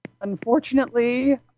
Unfortunately